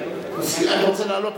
אני רוצה לעלות.